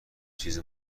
چیز